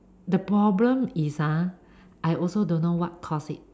the problem is ah I also don't know what cause it